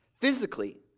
physically